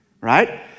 right